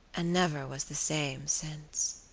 and never was the same since.